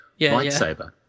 Lightsaber